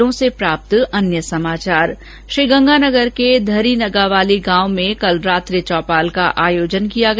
जिलों से प्राप्त अन्य समाचार श्रीगंगानगर के धरीनगावाली गांव में कल रात्रि चौपाल का आयोजन किया गया